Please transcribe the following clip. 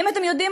האם אתם יודעים,